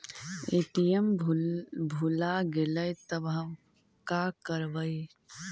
ATM भुला गेलय तब हम काकरवय?